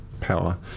power